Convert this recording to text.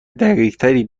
دقیقتری